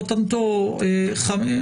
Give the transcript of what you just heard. חותנתו על ערש דווי,